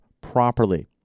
properly